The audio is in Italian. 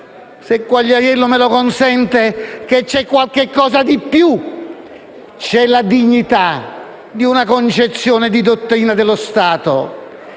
Quagliariello me lo consente, che ci sia qualcosa di più: c'è la dignità di una concezione di dottrina dello Stato.